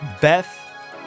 Beth